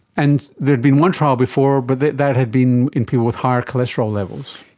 and there had been one trial before but that that had been in people with higher cholesterol levels.